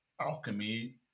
alchemy